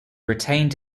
retained